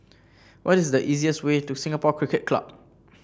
what is the easiest way to Singapore Cricket Club